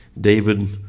David